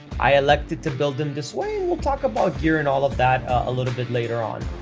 i elected to build them this way, and we'll talk about gear and all of that a little bit later on.